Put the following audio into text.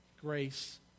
grace